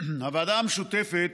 הוועדה המשותפת